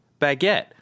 baguette